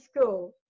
school